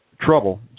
trouble